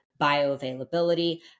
bioavailability